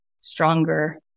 stronger